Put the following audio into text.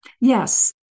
Yes